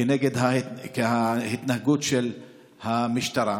כנגד ההתנהגות של המשטרה.